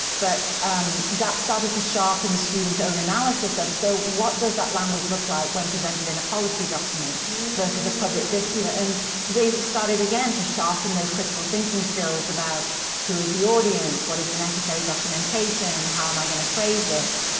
but that started to show up in the students' own analyses of it. so what does that language look like represented in a policy document versus a public. you know and they started, again, to show up in those critical thinking skills about who is the audience, what is the necessary documentation, how am i gonna phrase this.